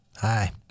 hi